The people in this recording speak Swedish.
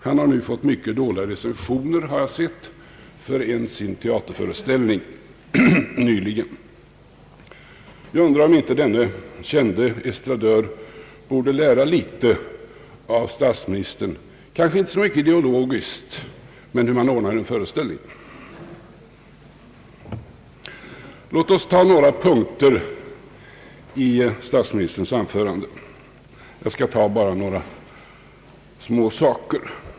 Han har nu fått mycket dåliga recensioner, har jag sett, för en teaterföreställning nyligen. Jag undrar om inte denne kände estradör borde lära litet av statsministern — kanske inte så mycket ideologiskt, men hur man ordnar en föreställning. Låt oss ta några punkter i statsministerns anförande. Jag skall bara nämna några små saker.